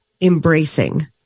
embracing